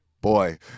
boy